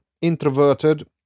introverted